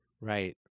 Right